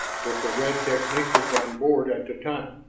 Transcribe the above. with the red technicians on board at the time.